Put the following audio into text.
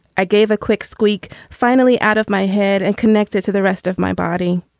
i gave a quick squeak finally out of my head and connected to the rest of my body.